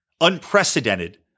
Unprecedented